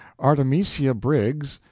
artemisia briggs,